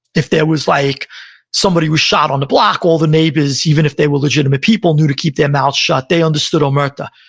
if there was like somebody was shot on the block, all the neighbors, even if they were legitimate people, knew to keep their mouth shut. they understood omerta.